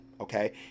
okay